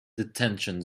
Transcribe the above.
detention